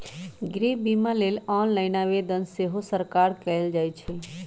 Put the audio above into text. गृह बिमा लेल ऑनलाइन आवेदन सेहो सकार कएल जाइ छइ